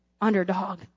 underdog